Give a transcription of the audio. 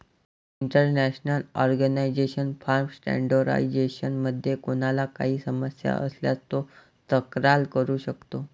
international organisation for standardisation मध्ये कोणाला काही समस्या असल्यास तो तक्रार करू शकतो